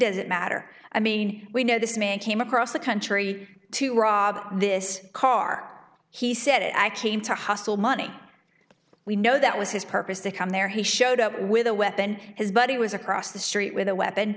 doesn't matter i mean we know this man came across the country to rob this car he said i came to hustle money we know that was his purpose to come there he showed up with a weapon his buddy was across the street with a weapon